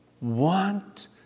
want